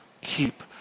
Keep